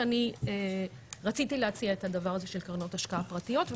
שאני רציתי להציע את הדבר הזה של קרנות השקעה פרטיות,